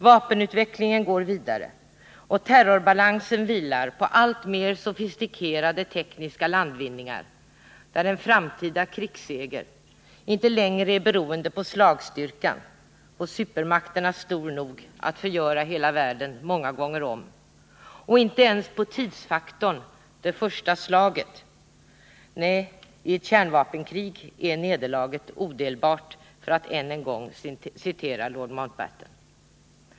Vapenutvecklingen går vidare, och terrorbalansen vilar på alltmer sofistikerade tekniska landvinningar, där en framtida krigsseger inte längre är beroende på slagstyrkan, hos supermakterna stor nog att förgöra hela världen många gånger om, och inte ens på tidsfaktorn — det första slaget. Nej, ”i ett kärnvapenkrig är nederlaget odelbart” — för att än en gång citera lord Mountbatten.